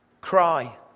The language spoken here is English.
cry